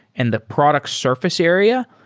and the product surface area.